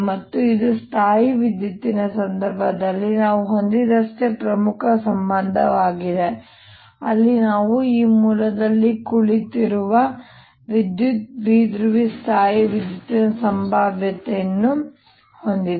ಮತ್ತು ಇದು ಸ್ಥಾಯೀವಿದ್ಯುತ್ತಿನ ಸಂದರ್ಭದಲ್ಲಿ ನಾವು ಹೊಂದಿದ್ದಷ್ಟೇ ಪ್ರಮುಖ ಸಂಬಂಧವಾಗಿದೆ ಅಲ್ಲಿ ನಾವು ಈ ಮೂಲದಲ್ಲಿ ಕುಳಿತಿರುವ ವಿದ್ಯುತ್ ದ್ವಿಧ್ರುವಿಯ ಸ್ಥಾಯೀವಿದ್ಯುತ್ತಿನ ಸಂಭಾವ್ಯತೆಯನ್ನು ಹೊಂದಿದೆ